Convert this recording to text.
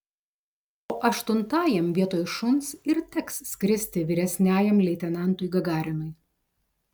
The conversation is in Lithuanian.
o aštuntajam vietoj šuns ir teks skristi vyresniajam leitenantui gagarinui